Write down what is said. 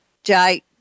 jai